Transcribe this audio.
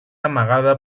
amagada